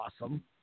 awesome